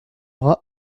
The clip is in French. aura